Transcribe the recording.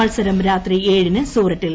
മത്സരം രാത്രി ഏഴിന് സൂററ്റിൽ